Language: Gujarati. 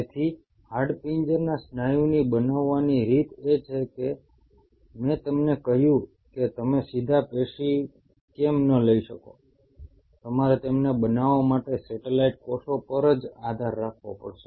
તેથી હાડપિંજરના સ્નાયુની બનાવવાની રીત એ છે કે મેં તમને કેમ કહ્યું કે તમે સીધા પેશી કેમ ન લઈ શકો તમારે તેમને બનાવવા માટે સેટેલાઈટ કોષો પર જ આધાર રાખવો પડશે